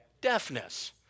deafness